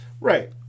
Right